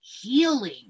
healing